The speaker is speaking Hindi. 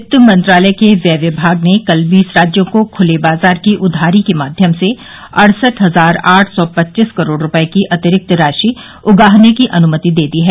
वित्त मंत्रालय के व्यय विभाग ने कल बीस राज्यों को खुले बाजार की उधारी के माध्यम से अड़सठ हजार आठ सौ पच्चीस करोड़ रुपये की अतिरिक्त राशि उगाहने की अनुमति दे दी है